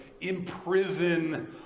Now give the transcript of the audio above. imprison